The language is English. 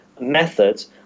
Methods